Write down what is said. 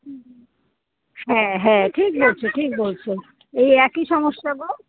হ্যাঁ হ্যাঁ ঠিক বলছো ঠিক বলছো এই একই সমস্যা গো